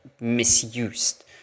misused